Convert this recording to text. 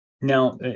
Now